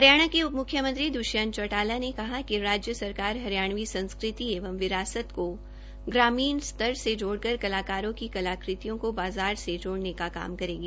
हरियाणा के उपम्ख्यमंत्री द्ष्यंत चौटाला ने कहा कि राज्य सरकार हरियाणवी संस्कृति एवं विरासत को ग्रामीण स्तर से जोडकर कलाकारों की कला कृतियों को बाजार से जोडऩे का काम करेगी